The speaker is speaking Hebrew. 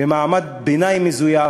למעמד ביניים מזויף.